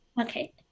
okay